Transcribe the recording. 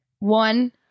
one